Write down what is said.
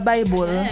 Bible